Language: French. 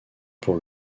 pour